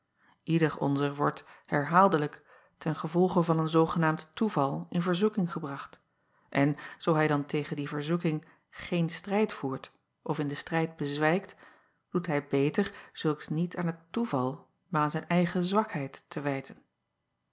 eder onzer wordt herhaaldelijk ten gevolge van een zoogenaamd toeval in verzoeking gebracht en zoo hij dan tegen die verzoeking geen strijd voert of in den strijd bezwijkt doet hij beter zulks niet aan het toeval maar aan zijn eigen zwakheid te wijten